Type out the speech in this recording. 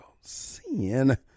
sin